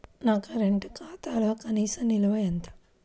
నా కరెంట్ ఖాతాలో కనీస నిల్వ ఎంత?